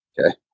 Okay